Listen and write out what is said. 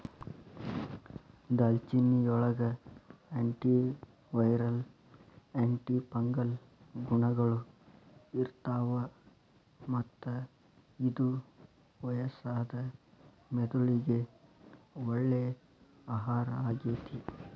ದಾಲ್ಚಿನ್ನಿಯೊಳಗ antiviral, antifungal ಗುಣಗಳು ಇರ್ತಾವ, ಮತ್ತ ಇದು ವಯಸ್ಸಾದ ಮೆದುಳಿಗೆ ಒಳ್ಳೆ ಆಹಾರ ಆಗೇತಿ